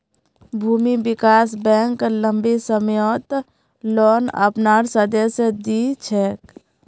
भूमि विकास बैंक लम्बी सम्ययोत लोन अपनार सदस्यक दी छेक